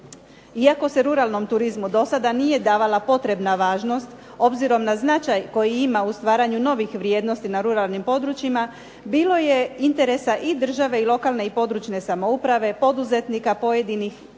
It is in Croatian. Iako se ruralnom turizmu do sada nije davala potrebna važnost, obzirom na značaj koji ima u stvaranju novih vrijednosti na ruralnim područjima, bilo je interesa i države i lokalne i područne samouprave, poduzetnika pojedinih,